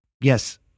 Yes